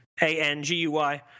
A-N-G-U-Y